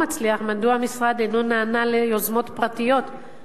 מדוע המשרד אינו נענה ליוזמות פרטיות ומאשר